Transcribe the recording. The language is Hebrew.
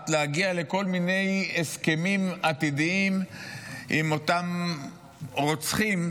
להגיע לכל מיני הסכמים עתידיים עם אותם רוצחים,